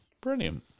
Brilliant